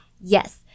Yes